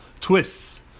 twists